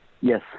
Yes